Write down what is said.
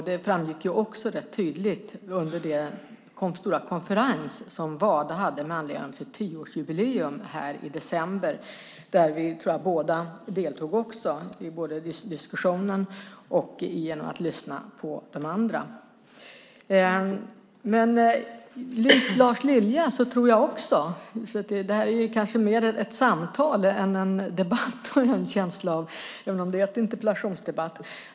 Det framgick också rätt tydligt under den stora konferens som Wada hade med anledning av sitt tioårsjubileum i december där vi båda deltog i diskussionen och genom att lyssna på de andra. Detta är kanske mer ett samtal än en debatt även om det är en interpellationsdebatt.